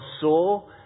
saw